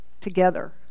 together